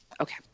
okay